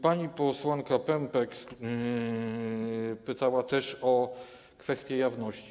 Pani posłanka Pępek pytała też o kwestie jawności.